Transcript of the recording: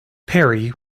parry